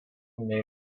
nei